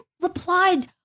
replied